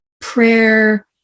prayer